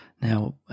Now